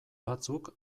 batzuk